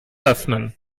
öffnen